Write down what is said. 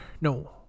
No